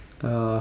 uh